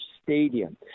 stadium